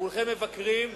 כולכם מבקרים,